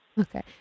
Okay